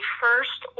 first